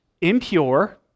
impure